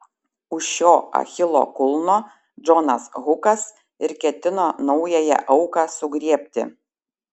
už šio achilo kulno džonas hukas ir ketino naująją auką sugriebti